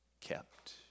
kept